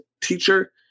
teacher